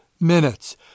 minutes